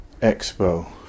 Expo